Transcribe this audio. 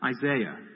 Isaiah